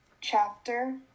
chapter